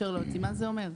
מה זה אומר?